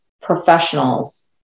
professionals